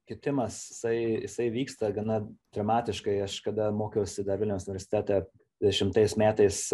kitimas jisai jisai vyksta gana dramatiškai aš kada mokiausi dar vilniaus universitete dešimtais metais